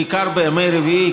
בעיקר בימי רביעי,